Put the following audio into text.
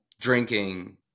drinking